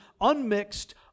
unmixed